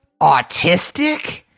autistic